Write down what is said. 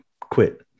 quit